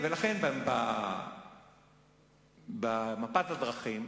ולכן, במפת הדרכים,